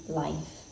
life